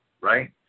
right